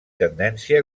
tendència